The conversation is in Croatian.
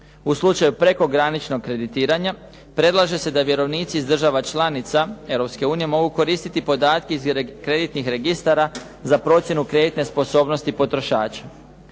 u slučaju prekograničnog kreditiranja predlaže se da vjerovnici iz država članica europske unije mogu koristiti podatke iz kreditnih registara za procjenu kreditne sposobnosti potrošača.